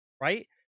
right